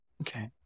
Okay